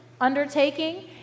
undertaking